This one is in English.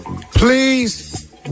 please